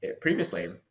previously